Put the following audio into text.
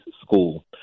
school